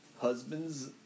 husbands